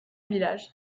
village